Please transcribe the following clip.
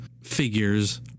figures